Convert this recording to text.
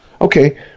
Okay